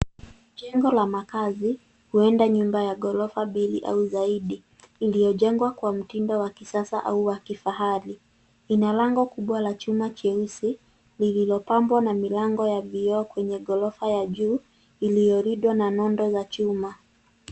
Jengo la makazi huenda nyumba ya ghorofa mbili au zaidi iliyojengwa kwa mtindo wa kisasa au wa kifahari. Ina lango kubwa la chuma cheusi lililopambwa na milango ya vioo kwenye ghorofa ya juu iliyolindwa na nondo za chuma.